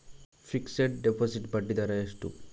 Fixed deposit ಬಡ್ಡಿ ದರ ಎಷ್ಟು?